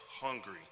hungry